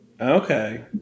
Okay